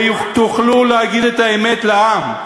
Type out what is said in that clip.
ותוכלו להגיד את האמת לעם.